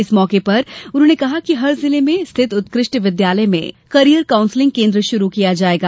इस मौके पर उन्होंने कहा कि हर जिले में स्थित उत्कृष्ट विद्यालय में कॅरियर कांउसलिंग केन्द्र शुरू किया जायेंगा